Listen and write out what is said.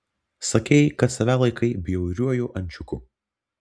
sakei kad save laikei bjauriuoju ančiuku